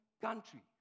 country